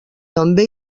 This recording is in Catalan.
també